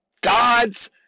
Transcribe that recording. God's